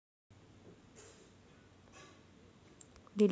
दिलेल्या व्याजाची रक्कम म्हणजे साधे व्याज